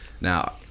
Now